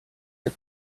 hit